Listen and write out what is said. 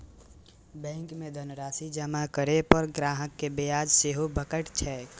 bank मे धनराशि जमा करै पर ग्राहक कें ब्याज सेहो भेटैत छैक